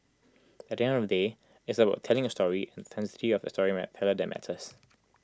at the end of the day it's about telling A story and the authenticity of storyteller that matters